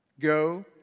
Go